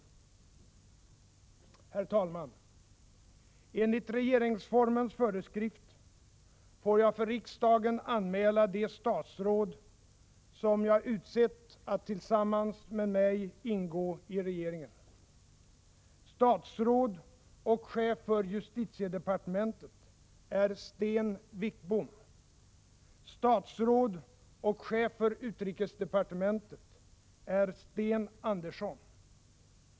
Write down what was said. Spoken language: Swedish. Herr talman! Enligt regeringsformens föreskrift får jag för riksdagen anmäla de statsråd som jag utsett att tillsammans med mig ingå i regeringen. Statsråd och chef för justitiedepartementet är Sten Wickbom. Statsråd och chef för utrikesdepartementet är Sten Andersson.